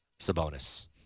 Sabonis